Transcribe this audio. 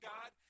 God